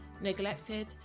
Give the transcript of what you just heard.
Neglected